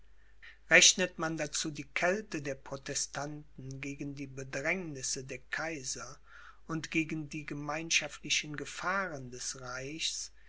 rechnet man dazu die kälte der protestanten gegen die bedrängnisse der kaiser und gegen die gemeinschaftlichen gefahren des reichs